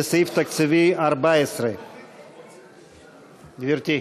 לסעיף תקציבי 14. גברתי.